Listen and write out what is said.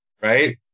right